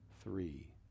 three